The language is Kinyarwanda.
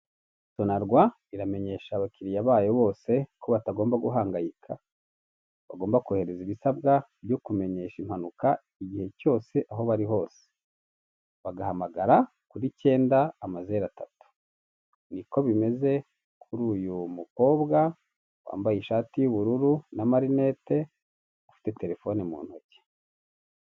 Sonarwa iramenyesha abakiriya bayo bose ko batagomba guhangayika, bagomba kohereza ibisabwa byo kumenyesha impanuka igihe cyose aho bari hose bagahamagara kuri cyenda amaze atatu, niko bimeze kuri uyu mukobwa wambaye ishati y'ubururu na marineti ufite telefone mu ntoki.